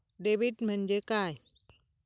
Debit म्हणजे काय?